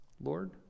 Lord